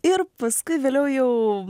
ir paskui vėliau jau